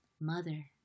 mother